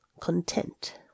content